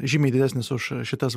žymiai didesnis už šitas